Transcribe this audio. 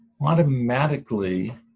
automatically